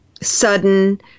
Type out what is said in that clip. sudden